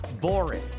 boring